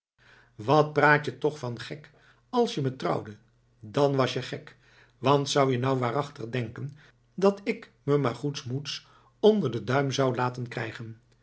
wat praat je toch van gek als je me trouwde dan was je gek want zou je nou waarachtig denken dat ik me maar goedsmoeds onder den duim zou laten krijgen